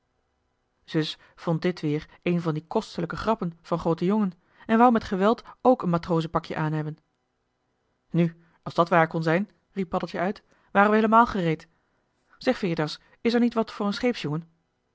zus vond dit weer een van die kostelijke grappen van groote jongen en wou met geweld ook een matrozenpakje aan hebben nu als dat waar kon zijn riep paddeltje uit waren we heelemaal gered zeg veritas is er niet wat voor een scheepsjongen